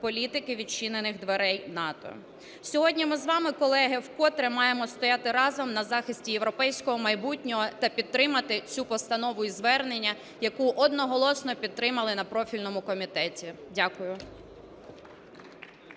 політики "відчинених дверей" НАТО. Сьогодні ми з вами, колеги, вкотре маємо стояти разом на захисті європейського майбутнього та підтримати цю постанову і звернення, яку одноголосно підтримали на профільному комітеті. Дякую.